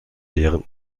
deren